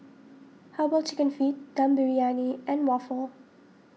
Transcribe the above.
Herbal Chicken Feet Dum Briyani and Waffle